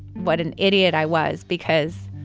what an idiot i was because,